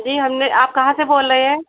जी हमने आप कहाँ से बोल रहे हैं